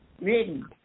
written